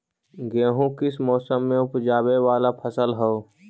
गेहूं किस मौसम में ऊपजावे वाला फसल हउ?